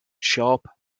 sharp